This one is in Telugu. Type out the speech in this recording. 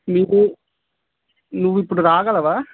నువ్వు నువ్విప్పుడు రాగలవా